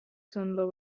cylinder